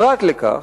פרט לכך,